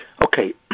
Okay